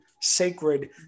sacred